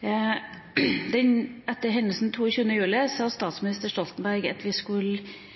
Etter hendelsen 22. juli sa statsminister Stoltenberg at vi